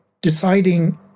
deciding